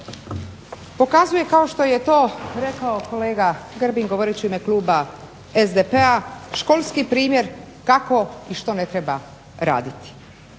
Pokazuje kao što je to rekao kolega Grbin govoreći u ime kluba SDP-a školski primjer kako i što ne treba raditi.